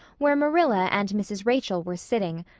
where marilla and mrs. rachel were sitting,